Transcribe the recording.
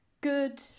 good